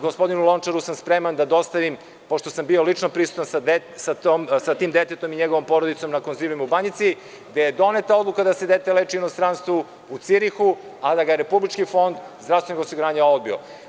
Gospodinu Lončaru sam spreman da dostavim pošto sam bio lično prisutan sa detetom i njegovom porodicom na Konzilijumu na Banjici, gde je doneta odluka da se dete leči u inostranstvu, u Cirihu, a da ga je Republički fond zdravstvenog osiguranja odbio.